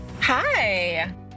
Hi